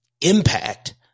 impact